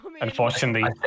Unfortunately